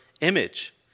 image